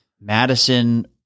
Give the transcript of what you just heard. Madison